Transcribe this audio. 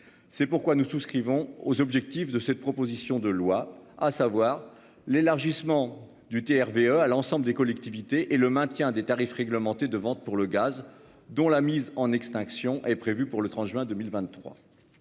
C'est pourquoi nous souscrivons aux objectifs de cette proposition de loi, à savoir l'élargissement du TRV eux à l'ensemble des collectivités et le maintien des tarifs réglementés de vente pour le gaz, dont la mise en extinction est prévue pour le 30 juin 2023.